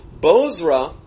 Bozrah